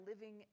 living